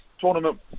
tournament